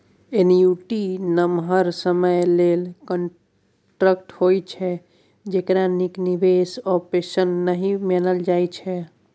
annuity नमहर समय लेल कांट्रेक्ट होइ छै जकरा नीक निबेश आप्शन नहि मानल जाइ छै